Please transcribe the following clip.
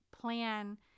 plan